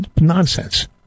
nonsense